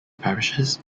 parishes